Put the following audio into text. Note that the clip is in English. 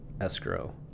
escrow